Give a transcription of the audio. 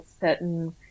certain